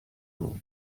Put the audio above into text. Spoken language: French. vous